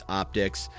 optics